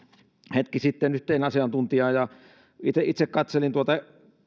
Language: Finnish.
hetki sitten yhteen asiantuntijaan ja itse kun katselin tuota